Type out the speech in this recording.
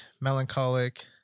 melancholic